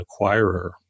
acquirer